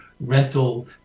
rental